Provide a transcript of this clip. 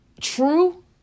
true